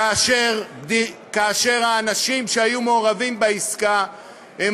כאשר האנשים שהיו מעורבים בעסקה הם